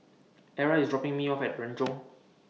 Arra IS dropping Me off At Renjong